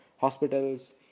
hospitals